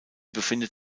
befindet